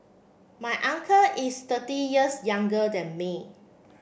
my uncle is thirty years younger than me